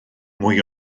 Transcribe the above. mwy